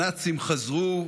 הנאצים חזרו.